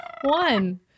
One